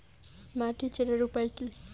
মাটি চেনার উপায় কি?